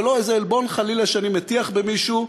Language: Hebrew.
זה לא איזה עלבון חלילה שאני מטיח במישהו,